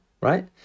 right